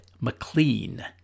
McLean